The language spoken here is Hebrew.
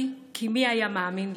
הלא-אנושי,